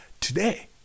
today